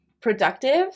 productive